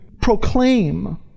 proclaim